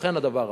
לכן הדבר הבא: